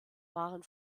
waren